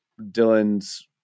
dylan's